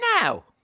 now